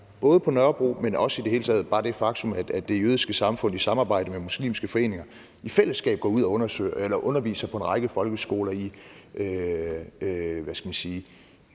både på Nørrebro, men også i det hele taget, altså bare det faktum, at Det Jødiske Samfund i samarbejde med muslimske foreninger og i fællesskab går ud og underviser på en række folkeskoler i behovet for fredelig